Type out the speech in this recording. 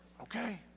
Okay